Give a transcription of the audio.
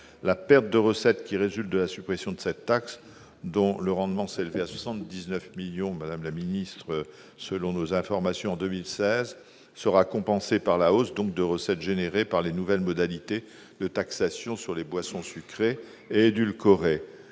La perte de recettes qui résulte de la suppression de cette taxe dont le rendement s'élevait, selon nos informations, à 79 millions d'euros en 2016, sera compensée par la hausse des recettes générées par les nouvelles modalités de taxation sur les boissons sucrées et édulcorées,